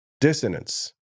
dissonance